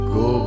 go